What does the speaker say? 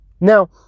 Now